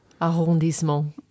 Arrondissement